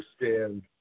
understand